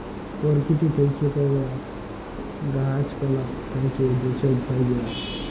পরকিতি থ্যাকে পাউয়া গাহাচ পালা থ্যাকে যে ছব ফাইবার